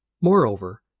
Moreover